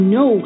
no